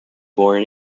born